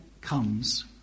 comes